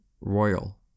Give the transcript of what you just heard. Royal